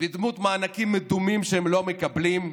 בדמות מענקים מדומים שהם לא מקבלים.